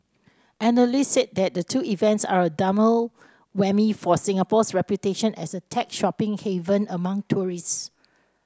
analysts said the two events are a double whammy for Singapore's reputation as a tech shopping haven among tourists